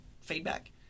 feedback